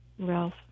Ralph